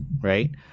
right